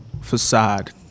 facade